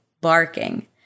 barking